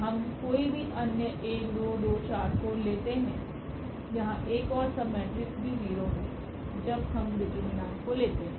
हम कोई भी अन्य 1 2 2 4 को लेते हैं यहाँ एक और सबमेट्रिक्स भी 0 है जब हम डिटरमिनेंट को लेते हैं